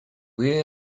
where